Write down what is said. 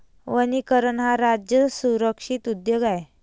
वनीकरण हा राज्य संरक्षित उद्योग आहे